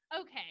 okay